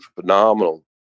phenomenal